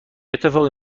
اتفاقی